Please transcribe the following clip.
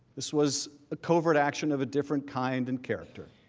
this was a covert action of a different kind and character.